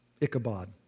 Ichabod